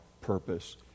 purpose